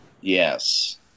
Yes